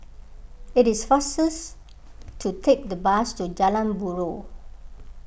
it is faster to take the bus to Jalan Buroh